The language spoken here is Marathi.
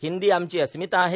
हिंदी आमची अस्मिता आहे